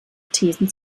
thesen